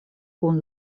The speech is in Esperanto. kun